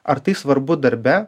ar tai svarbu darbe